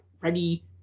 Ready